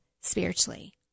spiritually